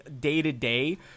day-to-day